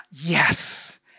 yes